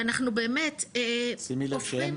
ואנחנו באמת הופכים -- שימי לב שאין